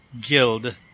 guild